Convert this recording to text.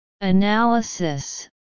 Analysis